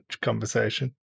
conversation